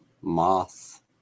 moth